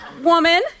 woman